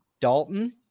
Dalton